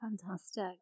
Fantastic